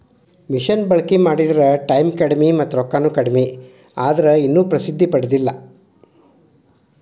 ಮಿಷನ ಬಳಕಿ ಮಾಡಿದ್ರ ಟಾಯಮ್ ಕಡಮಿ ಮತ್ತ ರೊಕ್ಕಾನು ಕಡಮಿ ಆದ್ರ ಇನ್ನು ಪ್ರಸಿದ್ದಿ ಪಡದಿಲ್ಲಾ